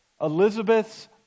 Elizabeth's